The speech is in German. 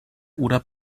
oder